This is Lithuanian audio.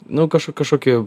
nu kažo kažkokį